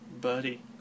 Buddy